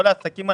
כל העסקים,